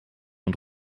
und